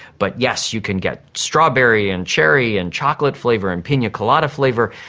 but yes, you can get strawberry and cherry and chocolate flavour and pina colada flavour,